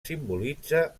simbolitza